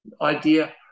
idea